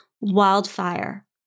wildfire